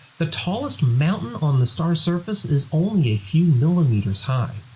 the tallest mountain on the star's surface is only a few millimeters high.